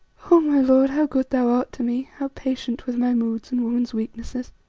oh! my lord, how good thou art to me, how patient with my moods and woman's weaknesses,